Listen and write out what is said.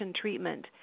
treatment